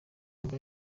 mva